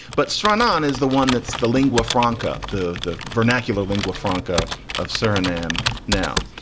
but shannon is the one that's the lingua franca, the the vernacular lingua franca of surname. now,